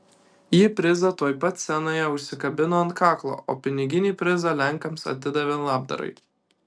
ji prizą tuoj pat scenoje užsikabino ant kaklo o piniginį prizą lenkams atidavė labdarai